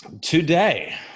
today